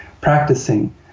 practicing